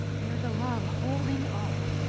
there is a love holding all.